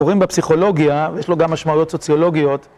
קוראים בפסיכולוגיה, יש לו גם משמעויות סוציולוגיות.